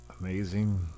Amazing